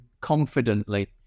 confidently